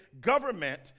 government